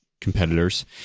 competitors